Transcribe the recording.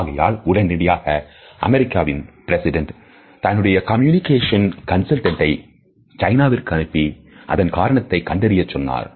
ஆகையால் உடனடியாக அமெரிக்காவின் பிரசிடெண்ட் தன்னுடைய கம்யூனிகேஷன் கன்சல்டன்ட்டை சைனாவுக்கு அனுப்பி அதன் காரணத்தை கண்டறிய சொன்னார்